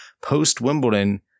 post-Wimbledon